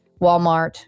Walmart